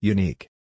Unique